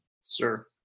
Sir